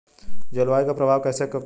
जलवायु का प्रभाव कैसे पड़ता है?